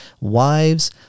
wives